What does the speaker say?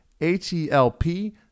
H-E-L-P